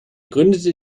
gründete